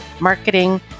marketing